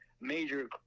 major